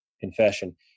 confession